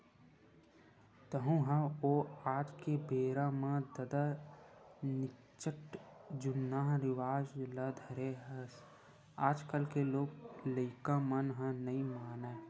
तँहू ह ओ आज के बेरा म ददा निच्चट जुन्नाहा रिवाज ल धरे हस आजकल के लोग लइका मन ह नइ मानय